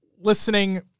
listening